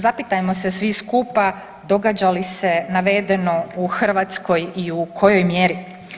Zapitajmo se svi skupa događa li se navedeno u Hrvatskoj i u kojoj mjeri?